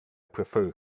prefer